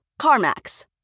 CarMax